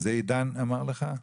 את זה עידן אמר לך?